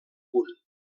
punt